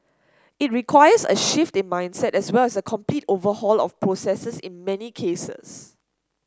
it requires a shift in mindset as well as a complete overhaul of processes in many cases